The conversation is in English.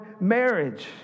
marriage